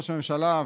ראש הממשלה,